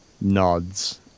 nods